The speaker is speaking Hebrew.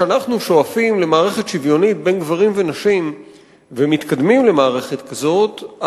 כשאנחנו שואפים למערכת שוויונית בין גברים לנשים ומתקדמים למערכת כזאת,